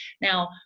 Now